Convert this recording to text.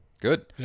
Good